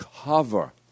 cover